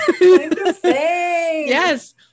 yes